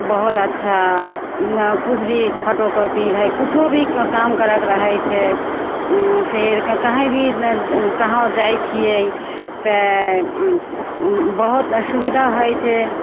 बहुत अच्छा किछु भी फोटो कॉपी भाय कुछो भी काम करयके रहय छै आओर फेर कहीं भी कहुँ जाइ छियै तैं बहुत सुविधा होइ छै